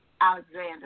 Alexander